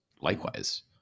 likewise